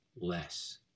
less